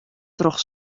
troch